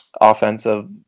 offensive